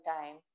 time